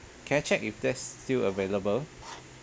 can I check if there's still available